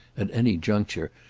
at any juncture,